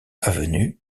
avenue